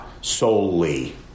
solely